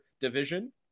division